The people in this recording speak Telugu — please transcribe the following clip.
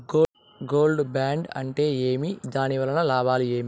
గోల్డ్ బాండు అంటే ఏమి? దీని వల్ల లాభాలు ఏమి?